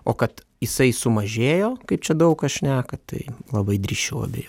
o kad jisai sumažėjo kaip čia daug kas šneka tai labai drįsčiau abejo